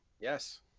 Yes